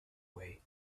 away